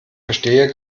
verstehe